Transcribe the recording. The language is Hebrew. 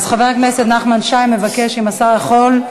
אז חבר הכנסת נחמן שי מבקש, אם השר יכול,